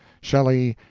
shelley,